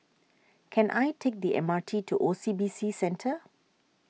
can I take the M R T to O C B C Centre